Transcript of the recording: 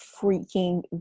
freaking